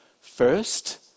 first